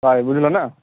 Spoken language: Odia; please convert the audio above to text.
ପାଏ ବୁଝିଲ ନା